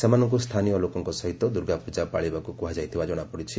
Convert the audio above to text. ସେମାନଙ୍କୁ ସ୍ଥାନୀୟ ଲୋକଙ୍କ ସହିତ ଦୁର୍ଗାପ୍ରଟା ପାଳିବାକୁ କୁହାଯାଇଥିବା ଜଶାପଡ଼ିଛି